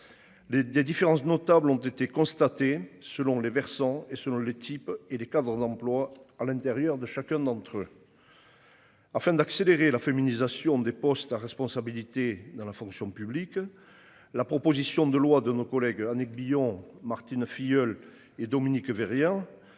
des différences notables ont été constatés selon les versants et selon le type et les cas d'emploi à l'intérieur de chacun d'entre eux. Afin d'accélérer la féminisation des postes à responsabilité dans la fonction publique. La proposition de loi de nos collègues Annick Billon Martine Filleul et Dominique Vérien